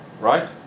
Right